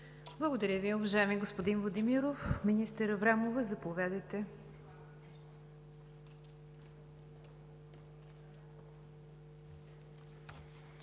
Благодаря Ви, уважаеми господин Владимиров. Министър Аврамова, заповядайте.